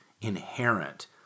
inherent